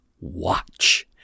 watch